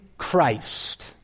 Christ